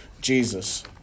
jesus